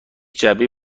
جعبه